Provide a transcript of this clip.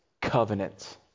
covenant